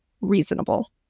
reasonable